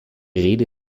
rede